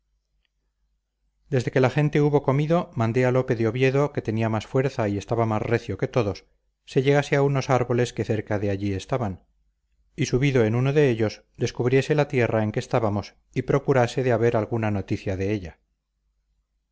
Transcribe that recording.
desde que la gente hubo comido mandé a lope de oviedo que tenía más fuerza y estaba más recio que todos se llegase a unos árboles que cerca de allí estaban y subido en uno de ellos descubriese la tierra en que estábamos y procurase de haber alguna noticia de ella